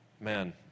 man